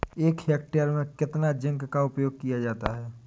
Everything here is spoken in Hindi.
एक हेक्टेयर में कितना जिंक का उपयोग किया जाता है?